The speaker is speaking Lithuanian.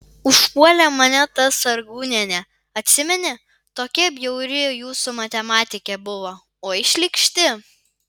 užpuolė mane ta sargūnienė atsimeni tokia bjauri jūsų matematikė buvo oi šlykšti